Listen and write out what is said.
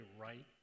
right